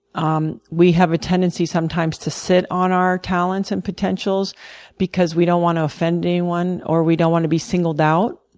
um we have a tendency sometimes to sit on our talents and potentials because we don't want to offend anyone or we don't want to be singled out,